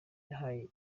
yahaye